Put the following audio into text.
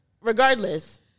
Regardless